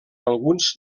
alguns